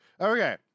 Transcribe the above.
Okay